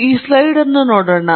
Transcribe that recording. ಈ ಸ್ಲೈಡ್ ಅನ್ನು ನೋಡೋಣ